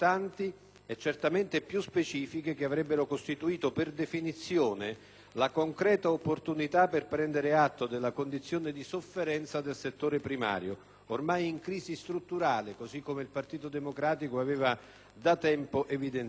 e certamente più specifiche che avrebbero costituito - per definizione - la concreta opportunità per prendere atto della condizione di sofferenza del settore primario, ormai in crisi strutturale, come il Partito Democratico aveva da tempo evidenziato: